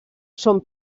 són